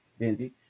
Benji